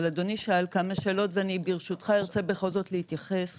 אבל אדוני שאל כמה שאלות ואני ברשותך ארצה בכל זאת להתייחס.